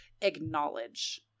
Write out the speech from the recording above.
acknowledge